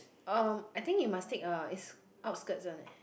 um I think you must take uh is outskirts one leh